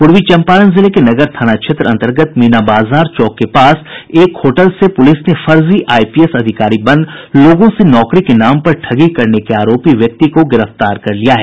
पूर्वी चंपारण जिले के नगर थाना क्षेत्र अंतगर्त मीना बाजार चौक के पास एक होटल से पुलिस ने फर्जी आईपीएस अधिकारी बन लोगों से नौकरी के नाम पर ठगी करने के आरोपी व्यक्ति को गिरफ्तार कर लिया है